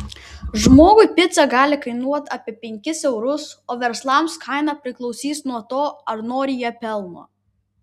žmogui pica gali kainuoti apie penkis eurus o verslams kaina priklausys nuo to ar nori jie pelno